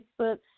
Facebook